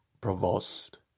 provost